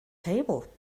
table